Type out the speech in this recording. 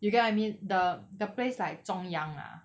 you get what I mean the the place like 中央 ah